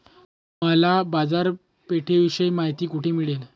मला बाजारपेठेविषयी माहिती कोठे मिळेल?